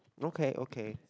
okay okay